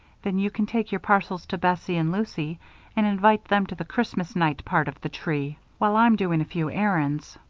then you can take your parcels to bessie and lucy and invite them to the christmas night part of the tree, while i'm doing a few errands.